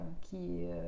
qui